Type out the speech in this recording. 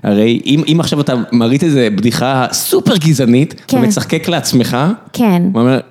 הרי אם עכשיו אתה מריץ איזו בדיחה סופר גזענית ומצחקק לעצמך. כן.